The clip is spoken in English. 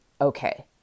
okay